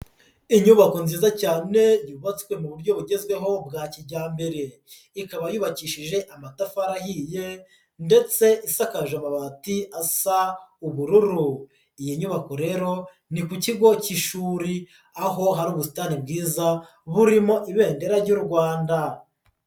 Inyubako nziza cyane yubatswe mu buryo bugezweho bwa kijyambere, ikaba yubakishije amatafari ahiye ndetse isakaje amabati asa ubururu, iyi nyubako rero ni ku kigo cy'ishuri, aho hari ubutantani bwiza, burimo ibendera ry'u Rwanda.